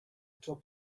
top